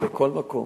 בכל מקום.